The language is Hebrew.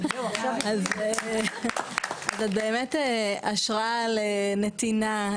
את באמת השראה לנתינה,